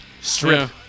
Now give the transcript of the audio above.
Strip